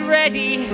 ready